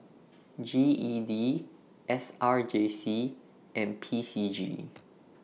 G E D S R J C and P C G